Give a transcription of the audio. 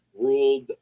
ruled